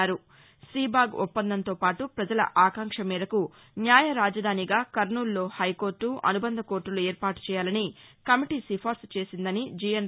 త్రీబాగ్ ఒప్పందంతో పాటు ప్రపజల ఆకాంక్ష మేరకు న్యాయ రాజధానిగా కర్నూలులో హైకోర్టు అనుబంధ కోర్టులు ఏర్పాటు చేయాలని కమిటీ సిఫారసు చేసిందని జిఎన్